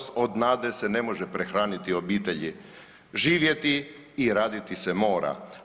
od nade se ne može prehraniti obitelji, živjeti i raditi se mora.